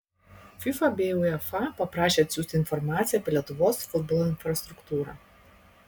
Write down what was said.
fifa bei uefa paprašė atsiųsti informaciją apie lietuvos futbolo infrastruktūrą